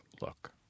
Look